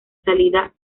salida